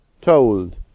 told